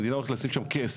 המדינה הולכת לשים שם כסף.